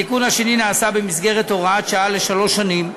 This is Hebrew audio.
התיקון השני נעשה במסגרת הוראת שעה לשלוש שנים,